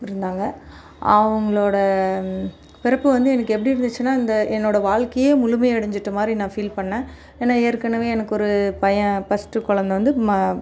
இருந்தாங்க அவங்களோட பிறப்பு வந்து எனக்கு எப்படி இருந்துச்சுன்னா இந்த என்னோடைய வாழ்க்கையே முழுமை அடைஞ்சிட்ட மாதிரி நான் ஃபீல் பண்ணேன் ஏன்னா ஏற்கனவே எனக்கு ஒரு பையன் ஃபஸ்ட்டு குழந்த வந்து ம